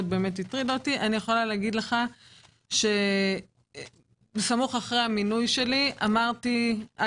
באמת הטרידה אותי - סמוך אחרי המינוי שלי אגב,